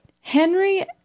Henry